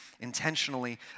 intentionally